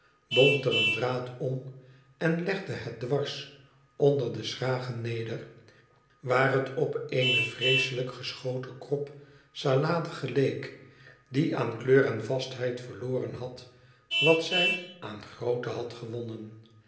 bond er een draad om en legde het dwars onder de schragen neder waar het op eene vreeselijk geschoten krop salade geleek die aan kleur en vastheid verloren had wat zij aan grootte had gewonnen